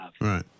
right